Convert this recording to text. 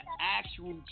actual